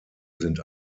sind